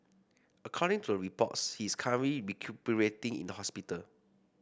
according to the reports he is currently recuperating in the hospital